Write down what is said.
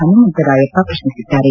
Hanumantharayappa ಪ್ರಕ್ನಿಸಿದ್ದಾರೆ